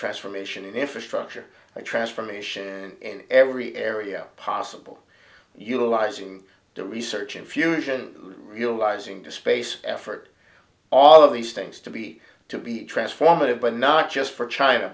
transformation and infrastructure transformation in every area possible utilizing the research in fusion realizing the space effort all of these things to be to be transformative but not just for china